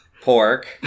pork